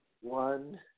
One